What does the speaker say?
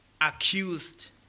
accused